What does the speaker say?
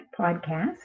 podcast